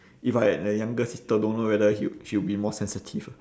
if I had a younger sister don't know whether he'll she'll be more sensitive or not